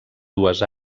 dues